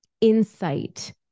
insight